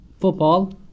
football